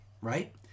right